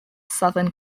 southern